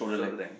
shoulder length